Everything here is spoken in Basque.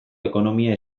ekonomia